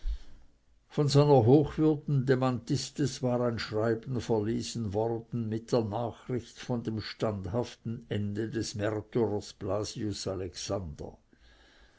von seiner hochwürden dem antistes war ein schreiben verlesen worden mit der nachricht von dem standhaften ende des märtyrers blasius alexander